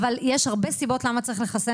אם יש לך עוד דברים נוספים שאתה רוצה לפתוח